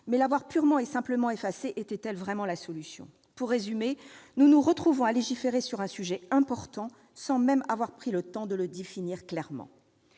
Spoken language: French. mais l'avoir purement et simplement effacée était-elle vraiment la solution ? Pour résumer, nous nous retrouvons à légiférer sur un sujet important, sans même avoir pris le temps de le définir clairement.